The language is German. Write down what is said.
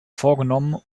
vorgenommen